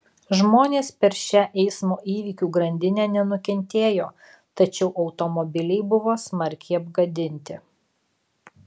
žmonės per šią eismo įvykių grandinę nenukentėjo tačiau automobiliai buvo smarkiai apgadinti